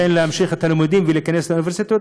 להמשיך את הלימודים ולהיכנס לאוניברסיטאות,